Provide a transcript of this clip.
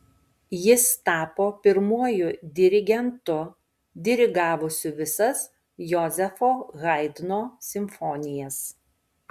jis tapo pirmuoju dirigentu dirigavusiu visas jozefo haidno simfonijas